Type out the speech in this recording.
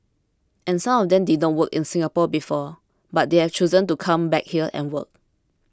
and some of them did work in Singapore before but they've chosen to come back here and work